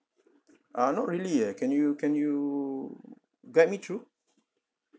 uh not really eh can you can you guide me through